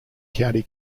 county